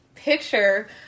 picture